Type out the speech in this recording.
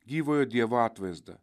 gyvojo dievo atvaizdą